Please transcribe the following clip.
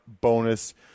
bonus